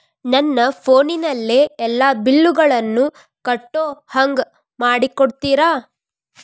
ನನ್ನ ಫೋನಿನಲ್ಲೇ ಎಲ್ಲಾ ಬಿಲ್ಲುಗಳನ್ನೂ ಕಟ್ಟೋ ಹಂಗ ಮಾಡಿಕೊಡ್ತೇರಾ?